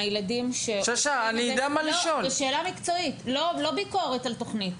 שאלה מקצועית, לא ביקורת על תוכנית.